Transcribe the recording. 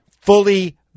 Fully